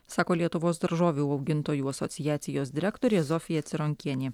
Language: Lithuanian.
sako lietuvos daržovių augintojų asociacijos direktorė zofija cironkienė